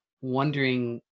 wondering